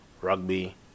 rugby